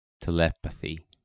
Telepathy